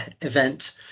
event